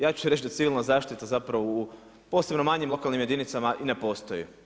Ja ću reći da civilnu zaštitu zapravo, u posebnim manjim lokalnim jedinicama i ne postoje.